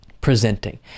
presenting